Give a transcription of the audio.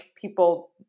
people